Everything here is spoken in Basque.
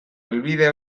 helbide